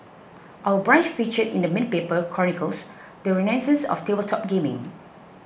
Our Brunch feature in the main paper chronicles the renaissance of tabletop gaming